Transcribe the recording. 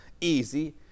easy